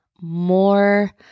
more